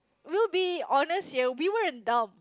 we will be honest here we were in doubt